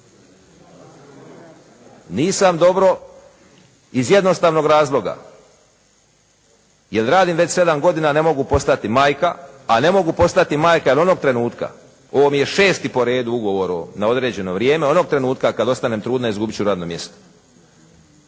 nisam dobro iz jednostavnog razloga jer radim već 7 godina ne mogu postati majka, a ne mogu postati majke jer onog trenutka ovo mi je 6.po redu ugovor na određeno vrijeme, onog trenutka kada ostanem trudna izgubit ću radno mjesto.